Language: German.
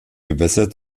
gewässer